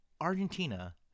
Argentina